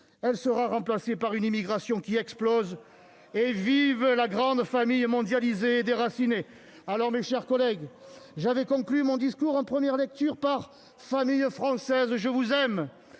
Elle sera remplacée par une immigration qui explose, ... C'est honteux !... et vive la grande famille mondialisée et déracinée ! Mes chers collègues, j'avais conclu mon discours en première lecture par :« Familles françaises, je vous aime.